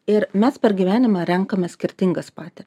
ir mes per gyvenimą renkame skirtingas patir